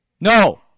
No